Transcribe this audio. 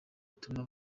dutuma